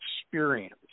experience